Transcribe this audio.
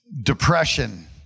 depression